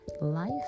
Life